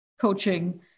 coaching